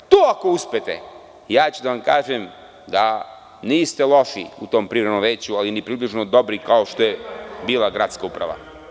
Ako to uspete, ja ću da vam kažem da niste loši u tom privremenom veću, ali ni približno dobri kao što je bila gradska uprava.